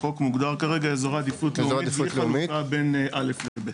החוק מוגדר כרגע אזור עדיפות לאומית בלי חלוקה בין א' ל-ב'.